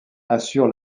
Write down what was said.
assure